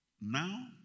now